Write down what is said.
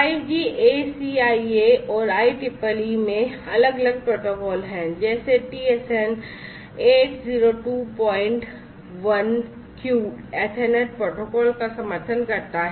5G ACIA और IEEE में अलग अलग प्रोटोकॉल हैं जैसे TSN 8021Q Ethernet प्रोटोकॉल का समर्थन करता है